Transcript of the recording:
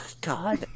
God